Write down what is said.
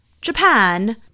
Japan